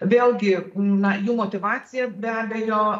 vėlgi na jų motyvacija be abejo